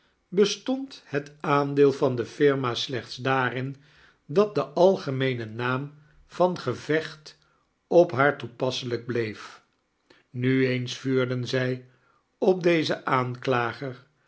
bestond het aandeel van de firma slechts daarin dat de algemeene naam van gevecht op haar toepasselijk bleef nu eens vuurden zij op dezen aanklager